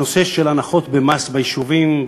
הנושא של הנחות במס ביישובים,